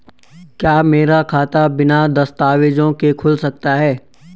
क्या मेरा खाता बिना दस्तावेज़ों के खुल सकता है?